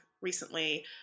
recently